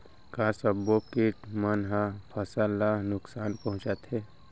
का सब्बो किट मन ह फसल ला नुकसान पहुंचाथे?